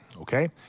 okay